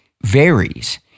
varies